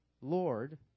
Lord